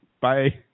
bye